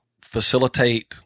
facilitate